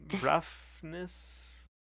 roughness